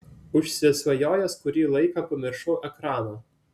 užsisvajojęs kurį laiką pamiršau ekraną